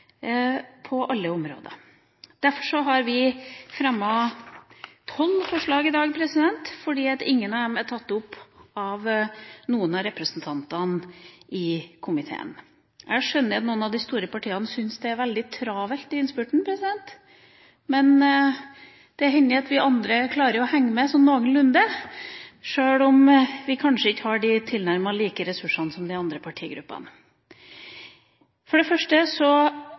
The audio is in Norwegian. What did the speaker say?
for alle på alle områder. Vi har fremmet tolv forslag i dag fordi ingen av dem er tatt opp av noen av representantene i komiteen. Jeg skjønner at noen av de store partiene syns det er veldig travelt i innspurten, men det hender at vi andre klarer å henge med sånn noenlunde, sjøl om vi kanskje ikke har tilnærmet samme ressurser som de andre partigruppene. For det første